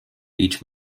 each